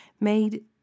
made